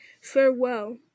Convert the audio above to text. Farewell